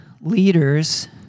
leaders